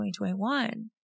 2021